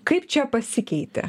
kaip čia pasikeitė